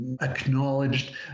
acknowledged